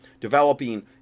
developing